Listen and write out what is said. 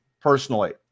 personally